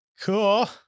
cool